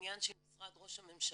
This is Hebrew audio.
בעניין של משרד ראש הממשלה,